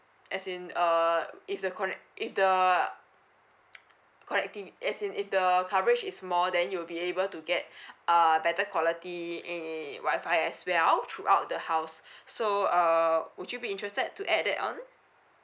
as in uh if the connect if the connective as in if the coverage is more then you'll be able to get uh better quality in wi-fi as well throughout the house so uh would you be interested to add that on